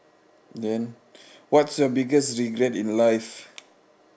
then what's your biggest regret in life